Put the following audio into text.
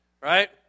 right